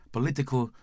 Political